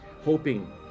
hoping